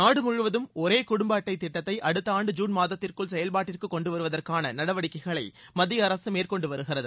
நாடு முழுவதும் ஒரே குடும்ப அட்டை திட்டத்தை அடுத்த ஆண்டு ஜுன் மாதத்திற்குள் செயல்பாட்டிற்கு கொண்டுவருவதற்கான நடவடிக்கைகளை மத்திய அரசு மேற்கொண்டு வருகிறது